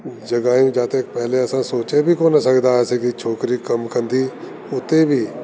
जॻहियूं काथे पहले असां सोचे बि कोन सघंदा हासे कि छोकरी कमु कंदी उते बि